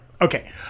Okay